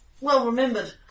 well-remembered